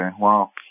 wow